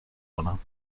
کنم